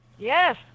Yes